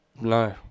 No